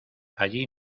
allí